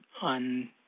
on